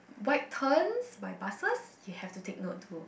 wide turns by buses you have to take note too